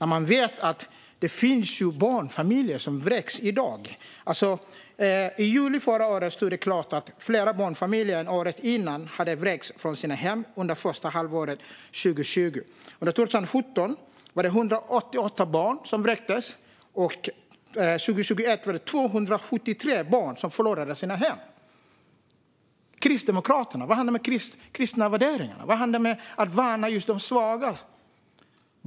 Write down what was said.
I dag vräks ju barnfamiljer. I juli förra året stod det klart att fler barnfamiljer än året innan hade vräkts från sina hem under första halvåret 2020. Under 2017 var det 188 barn som vräktes, och i år har 273 barn förlorat sina hem. Vad hände med era kristna värderingar? Vad hände med att värna de svaga?